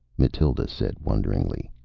mathild said wonderingly.